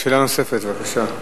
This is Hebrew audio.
שאלה נוספת, בבקשה.